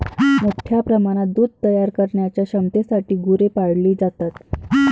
मोठ्या प्रमाणात दूध तयार करण्याच्या क्षमतेसाठी गुरे पाळली जातात